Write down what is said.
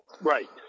Right